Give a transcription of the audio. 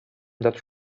that